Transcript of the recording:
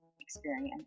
experience